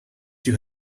she